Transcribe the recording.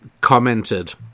commented